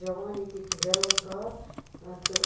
جَوان ییٚتِک یِم بیٚروزگار تہٕ